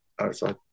outside